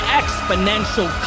exponential